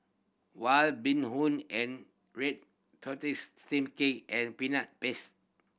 White Bee Hoon and red tortoise steamed cake and Peanut Paste